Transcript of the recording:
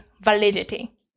validity